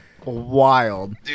wild